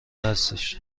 هستش